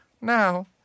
Now